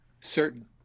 certain